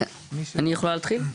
אני יכולה להתחיל?